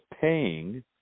paying